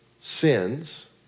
sins